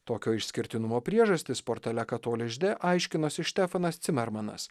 tokio išskirtinumo priežastis portale katholisch de aiškinosi štefanas cimermanas